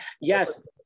yes